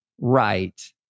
right